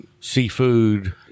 seafood